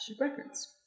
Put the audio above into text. Records